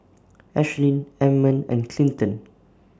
Ashlynn Ammon and Clinton